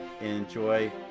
enjoy